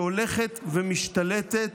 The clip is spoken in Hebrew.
שהולכת ומשתלטת,